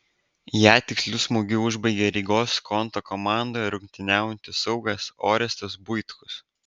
ją tiksliu smūgiu užbaigė rygos skonto komandoje rungtyniaujantis saugas orestas buitkus